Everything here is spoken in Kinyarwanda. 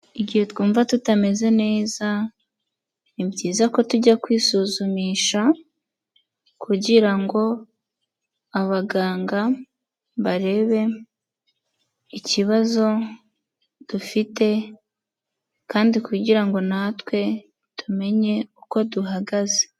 Igihe twumva tutameze neza ni byiza ko tujya kwisuzumisha kugira ngo abaganga barebe ikibazo dufite kandi kugira ngo natwe tumenye uko duhagaze.